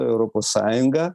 europos sąjungą